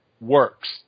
works